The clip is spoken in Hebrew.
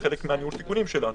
זה חלק מניהול הסיכונים שלנו.